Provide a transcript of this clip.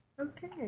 okay